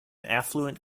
affluent